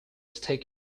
sticky